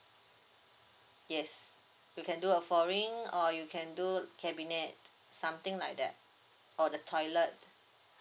yes you can do a flooring or you can do cabinet something like that or the toilet